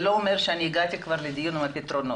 זה לא אומר שהגעתי לדיון עם פתרונות,